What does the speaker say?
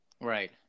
Right